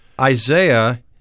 Isaiah